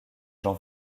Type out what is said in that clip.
jean